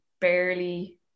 barely